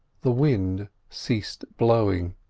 the wind ceased blowing,